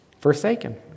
forsaken